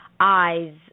eyes